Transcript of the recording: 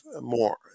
more